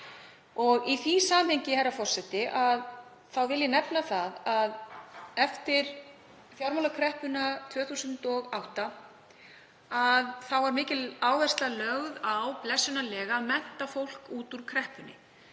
Í því samhengi, herra forseti, vil ég nefna að eftir fjármálakreppuna 2008 var mikil áhersla lögð á það, blessunarlega, að mennta fólk út úr kreppunni.